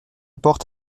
porte